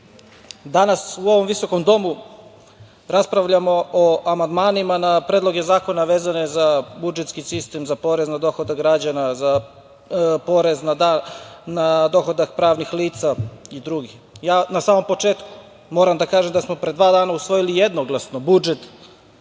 danas u ovom visokom domu raspravljamo o amandmanima na predloge zakona vezane za budžetski sistem, za porez na dohodak građana, za porez na dohodak pravnih lica itd. Na samom početku moram da kažem da smo pre dva dana usvojimo jednoglasno budžet